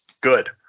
Good